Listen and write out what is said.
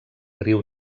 riu